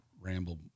ramble